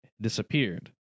disappeared